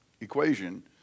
equation